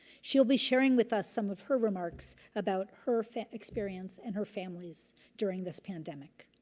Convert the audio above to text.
she'll be sharing with us some of her remarks about her experience and her family's during this pandemic.